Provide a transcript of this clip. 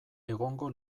egongo